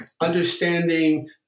understanding